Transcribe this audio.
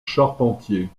charpentier